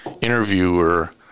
interviewer